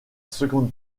seconde